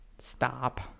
Stop